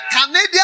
Canadian